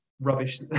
rubbish